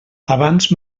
abans